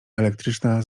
elektryczna